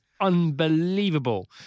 unbelievable